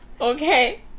Okay